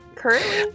currently